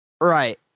Right